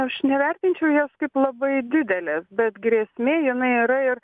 aš nevertinčiau jos kaip labai didelės bet grėsmė jinai yra ir